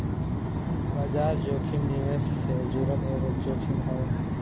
बाजार जोखिम निवेश से जुड़ल एगो जोखिम हवे